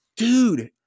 dude